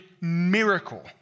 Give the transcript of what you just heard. miracle